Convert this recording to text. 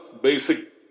basic